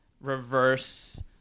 Reverse